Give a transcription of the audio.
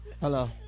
hello